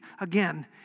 again